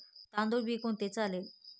तांदूळ बी कोणते चांगले?